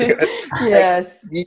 yes